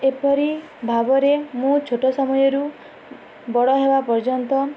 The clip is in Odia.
ଏପରି ଭାବରେ ମୁଁ ଛୋଟ ସମୟରୁ ବଡ଼ ହେବା ପର୍ଯ୍ୟନ୍ତ